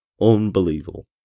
Unbelievable